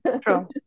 True